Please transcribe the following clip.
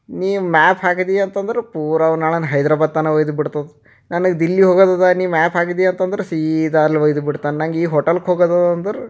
ನೀ ಮ್ಯಾಪ್ ಹಾಕಿದಿ ಅಂತಂದ್ರೆ ಪೂರ ಅವ್ನಳನ್ ಹೈದರಾಬಾದ್ ತನಕ ಒಯ್ದು ಬಿಡ್ತದೆ ನನಗೆ ದಿಲ್ಲಿ ಹೋಗೋದದ ನೀ ಮ್ಯಾಪ್ ಹಾಕಿದಿ ಅಂತಂದ್ರೆ ಸೀದ ಅಲ್ಲಿ ಒಯ್ದು ಬಿಡ್ತಾನ ನಂಗೆ ಈ ಹೋಟಲ್ಗ ಹೋಗೋದದ ಅಂದ್ರೆ